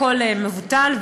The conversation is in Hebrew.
הכול מבוטל,